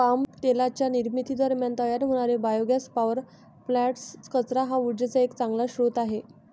palm तेलाच्या निर्मिती दरम्यान तयार होणारे बायोगॅस पॉवर प्लांट्स, कचरा हा उर्जेचा एक चांगला स्रोत आहे